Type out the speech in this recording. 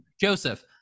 Joseph